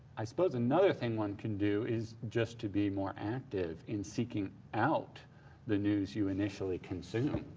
i suppose another thing one can do is just to be more active in seeking out the news you initially consume,